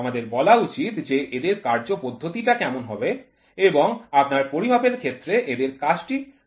আমাদের বলা উচিত যে এদের কার্যপদ্ধতি টা কেমন হবে এবং আপনার পরিমাপের ক্ষেত্রে এদের কাজটি ঠিক কি হবে